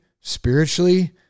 spiritually